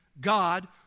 God